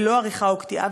ללא עריכה או קטיעה,